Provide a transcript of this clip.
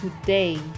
today